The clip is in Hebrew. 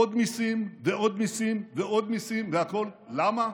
עוד מיסים ועוד מיסים ועוד מיסים, והכול, למה?